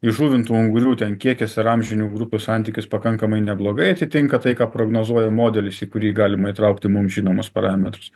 įžuvintų ungurių ten kiekis ir amžinių grupių santykius pakankamai neblogai atitinka tai ką prognozuoja modelis į kurį galima įtraukti mums žinomus parametrus